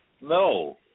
No